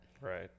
Right